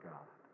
God